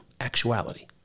actuality